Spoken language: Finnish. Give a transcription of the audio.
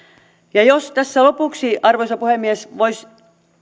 jos tässä lopuksi arvoisa puhemies voisi